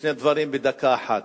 בשני דברים בדקה אחת.